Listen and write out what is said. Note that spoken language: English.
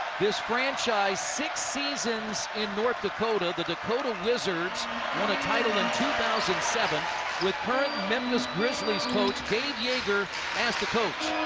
this franchise, six seasons in north dakota. the dakota wizards won a title in two thousand and seven with current memphis grizzlies coach greg jaeger as the coach.